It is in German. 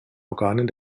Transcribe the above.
organen